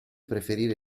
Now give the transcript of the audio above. preferire